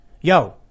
Yo